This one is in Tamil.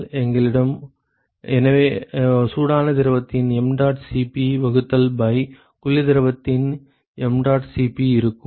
எனவே எங்களிடம் சூடான திரவத்தின் mdot Cp வகுத்தல் பை குளிர் திரவத்தின் mdot Cp இருக்கும்